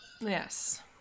yes